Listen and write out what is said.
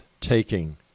taking